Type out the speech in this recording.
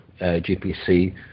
GPC